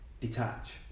detach